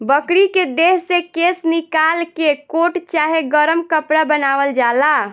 बकरी के देह से केश निकाल के कोट चाहे गरम कपड़ा बनावल जाला